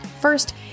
First